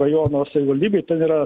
rajono savivaldybėj ten yra